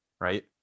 Right